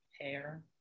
hair